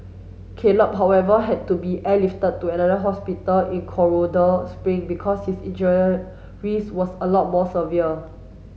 Caleb however had to be airlifted to another hospital in Colorado Spring because his injuries was a lot more severe